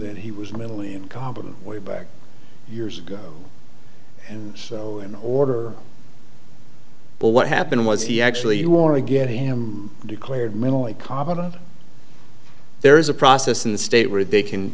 that he was mentally incompetent way back years ago and so in order but what happened was he actually want to get him declared mentally competent there is a process in the state where they can